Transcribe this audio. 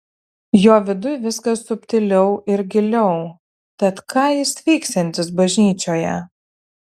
jo viduj viskas subtiliau ir giliau tad ką jis veiksiantis bažnyčioje